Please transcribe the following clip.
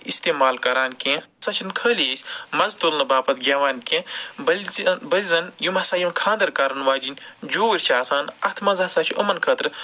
استعمال کران کیٚنہہ یہِ ہسا چھِنہٕ خٲلی أسۍ مَزٕ تُلنہٕ باپَت گٮ۪وان کیٚنہہ بلۍزِ بلۍزَن یِم ہسا یِم خانٛدَر کَرَن واجِنۍ جوٗرۍ چھِ آسان اَتھ منٛز ہسا چھِ یِمَن خٲطرٕ